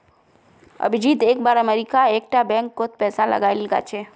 अभिजीत एक बार अमरीका एक टा बैंक कोत पैसा लगाइल छे